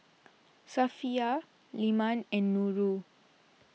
Safiya Leman and Nurul